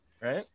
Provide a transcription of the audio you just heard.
right